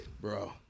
Bro